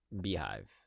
Beehive